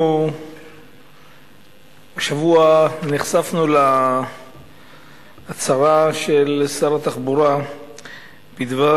השבוע נחשפנו להצהרה של שר התחבורה בדבר